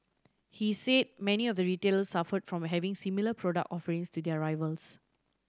he say many of the retailers suffered from having similar product offerings to their rivals